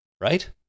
right